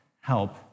Help